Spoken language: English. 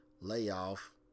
layoff